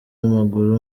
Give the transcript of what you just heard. w’amaguru